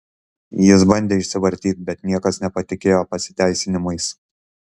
jis bandė išsivartyt bet niekas nepatikėjo pasiteisinimais